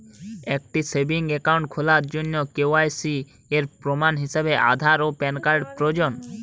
একটি savings account খোলার জন্য কে.ওয়াই.সি এর প্রমাণ হিসাবে আধার ও প্যান কার্ড প্রয়োজন